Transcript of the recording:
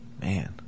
Man